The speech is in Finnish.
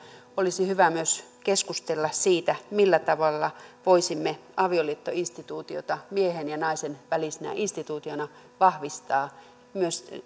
olisi hyvä myös keskustella siitä millä tavalla voisimme avioliittoinstituutiota miehen ja naisen välisenä instituutiona vahvistaa myös